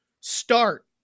start